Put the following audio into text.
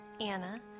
Anna